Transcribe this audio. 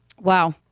Wow